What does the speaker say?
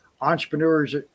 entrepreneurs